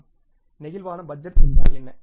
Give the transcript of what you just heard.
flexible budget என்றால் என்ன